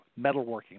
metalworking